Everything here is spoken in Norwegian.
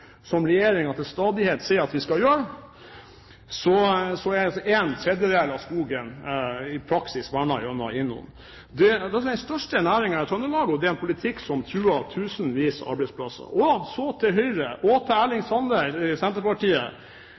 til stadighet sier at vi skal gjøre, i praksis er vernet gjennom INON. Skogbruk er den største næringen i Trøndelag, og dette er en politikk som truer tusenvis av arbeidsplasser. Så til Høyre og til Erling Sande i Senterpartiet: